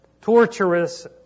torturous